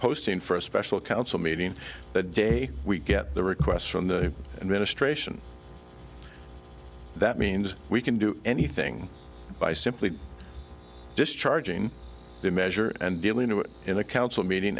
posting for a special council meeting the day we get the request from the administration that means we can do anything by simply discharging the measure and dealing to it in a council meeting